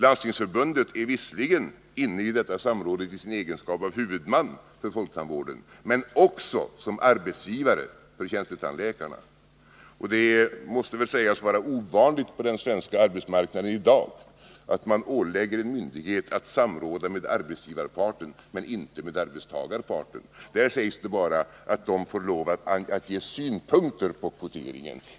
Landstingsförbundet är visserligen inne i detta samråd i sin egenskap av huvudman för folktandvården men också såsom arbetsgivare för tjänsteläkarna. Det måste väl sägas vara ovanligt på den svenska arbetsmarknaden i dag att man ålägger en myndighet att samråda med arbetsgivarparten men inte med arbetstagarparten. Det sägs bara att de senare får lov att ge synpunkter på kvoteringen.